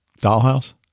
Dollhouse